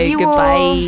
goodbye